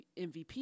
MVP